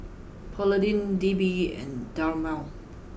Polident D B and Dermale